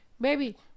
Baby